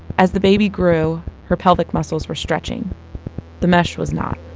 as the baby grew, her pelvic muscles were stretching the mesh was not